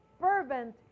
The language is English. fervent